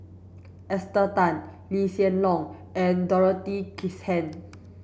Esther Tan Lee Hsien Loong and Dorothy Krishnan